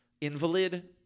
invalid